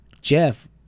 jeff